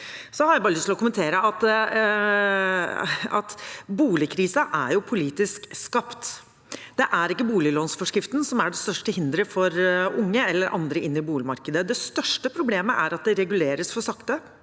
jeg bare lyst til å kommentere at boligkrisen er politisk skapt. Det er ikke boliglånsforskriften som er det største hinderet for at unge eller andre kommer seg inn i boligmarkedet. Det største problemet er at det reguleres for sakte